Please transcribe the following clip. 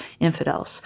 infidels